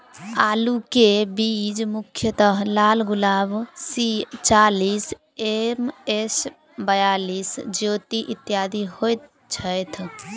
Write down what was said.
आलु केँ बीज मुख्यतः लालगुलाब, सी चालीस, एम.एस बयालिस, ज्योति, इत्यादि होए छैथ?